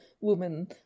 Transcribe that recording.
woman